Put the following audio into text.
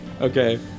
Okay